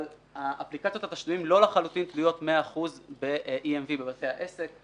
אפליקציות התשלומים לא לחלוטין תלויות במאה אחוזים ב-EMV בבתי העסק.